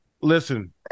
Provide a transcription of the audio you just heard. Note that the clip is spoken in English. listen